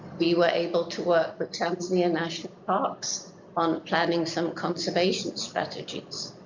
we were able to work with tanzanian national parks on planning some conservation strategies.